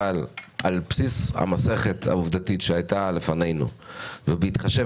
אבל על בסיס המסכת העובדתית שהיתה בפנינו ובהתחשב